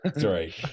sorry